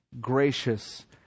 gracious